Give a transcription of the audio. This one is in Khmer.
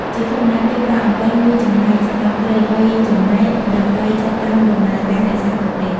ជាធម្មតា គេប្រើ អំបិល មួយចំណែកសម្រាប់ត្រីបីចំណែកដើម្បីចាប់ផ្តើមដំណើរការរក្សាទុកនេះ។